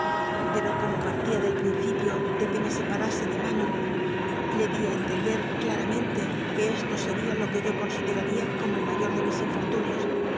pero como partía del principio de que me separase de manon le di a entender claramente que esto sería lo que yo consideraría como el mayor de mis infortunios